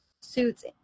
suits